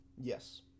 Yes